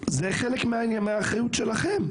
זה חלק מהאחריות שלכם.